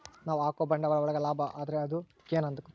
ನಾವ್ ಹಾಕೋ ಬಂಡವಾಳ ಒಳಗ ಲಾಭ ಆದ್ರೆ ಅದು ಗೇನ್ ಆಗುತ್ತೆ